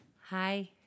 Hi